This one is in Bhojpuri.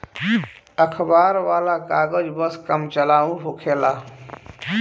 अखबार वाला कागज बस काम चलाऊ होखेला